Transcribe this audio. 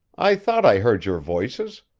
i thought i heard your voices.